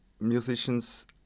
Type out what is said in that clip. musicians